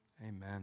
Amen